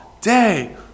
day